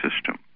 system